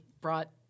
brought